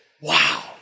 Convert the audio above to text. wow